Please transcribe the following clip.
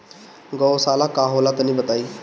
गौवशाला का होला तनी बताई?